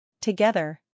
Together